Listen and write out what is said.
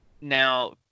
now